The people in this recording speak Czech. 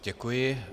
Děkuji.